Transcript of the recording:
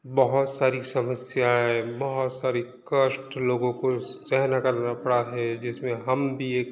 बहुत सारी समस्याएँ बहुत सारे कष्ट लोगों को सहन करना पड़ा है जिसमें हम भी एक